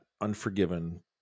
unforgiven